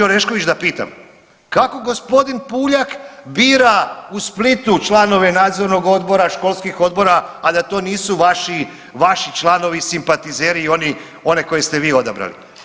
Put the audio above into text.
Orešković da pitam, kako g. Puljak bira u Splitu članove nadzornog odbora, školskih odbora, a da to nisu vaši članovi, simpatizeri i oni koje ste vi odabrali?